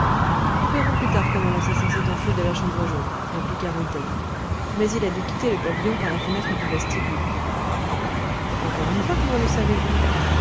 nous verrons plus tard comment l'assassin s'est enfui de la chambre jaune répliqua rouletabille mais il a dû quitter le pavillon par la fenêtre du vestibule encore une fois comment le savez-vous